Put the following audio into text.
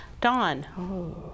Dawn